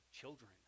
children